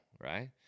right